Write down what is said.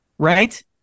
Right